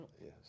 yes